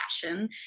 fashion